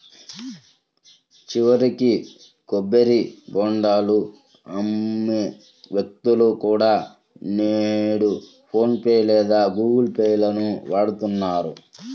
చివరికి కొబ్బరి బోండాలు అమ్మే వ్యక్తులు కూడా నేడు ఫోన్ పే లేదా గుగుల్ పే లను వాడుతున్నారు